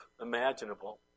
imaginable